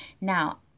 Now